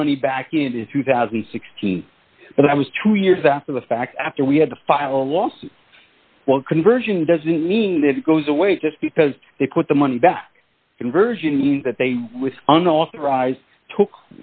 the money back into two thousand and sixteen but i was two years after the fact after we had to file a lawsuit what conversion doesn't mean that it goes away just because they put the money back conversion that they